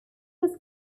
was